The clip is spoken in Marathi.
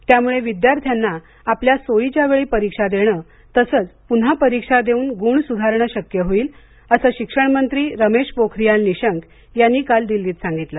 त्यामुळे विद्यार्थ्याना आपल्या सोयीच्या वेळी परीक्षा देण तसंच पुन्हा परीक्षा देऊन गुण सुधारणं शक्य होईल असं शिक्षणमंत्री रमेश पोखरीयाल निशंक यांनी काल दिल्लीत सांगितलं